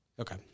Okay